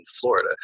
Florida